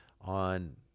on